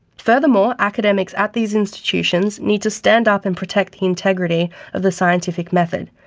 furthermore, academics at these institutions need to stand up and protect the integrity of the scientific method,